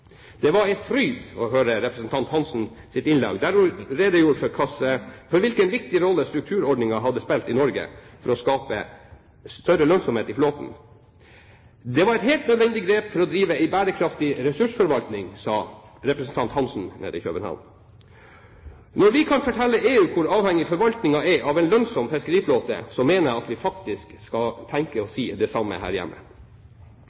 Det var en fryd å høre representanten Hansens innlegg, der hun redegjorde for hvilken viktig rolle strukturordningen hadde spilt i Norge for å skape større lønnsomhet i flåten. Det var et helt nødvendig grep for å drive en bærekraftig ressursforvaltning, sa representant Hansen nede i København. Når vi kan fortelle EU hvor avhengig forvaltningen er av en lønnsom fiskeriflåte, mener jeg at vi faktisk skal tenke og